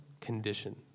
condition